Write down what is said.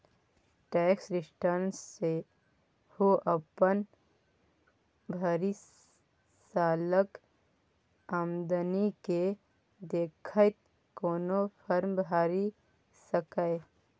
tax return सेहो अपन भरि सालक आमदनी केँ देखैत कोनो फर्म भरि सकैए